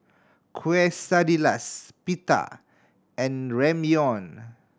Quesadillas Pita and Ramyeon